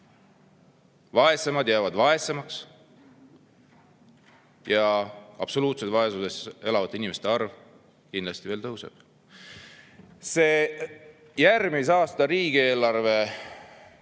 vaesed vaesemaks ja absoluutses vaesuses elavate inimeste arv kindlasti veel tõuseb. See järgmise aasta riigieelarve